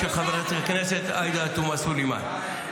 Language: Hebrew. של חברת הכנסת עאידה תומא סלימאן,